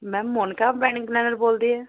ma'am Monika wedding planner ਬੋਲ ਦੇ ਹੈ